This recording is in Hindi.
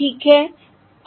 ठीक है